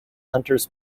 hunters